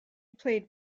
played